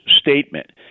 statement